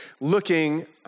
looking